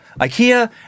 Ikea